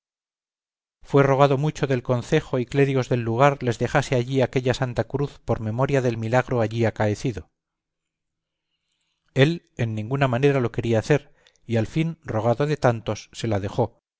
fue rogado mucho del concejo y clérigos del lugar les dejase allí aquella santa cruz por memoria del milagro allí acaecido él en ninguna manera lo quería hacer y al fin rogado de tantos se la dejó